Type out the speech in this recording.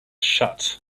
shut